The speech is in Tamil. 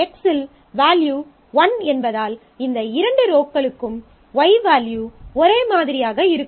X இல் வேல்யூ 1 என்பதால் இந்த இரண்டு ரோக்களுக்கும் Y வேல்யூ ஒரே மாதிரியாக இருக்கும்